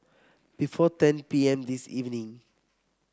before ten P M this evening